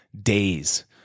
days